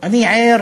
אני ער